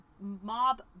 mob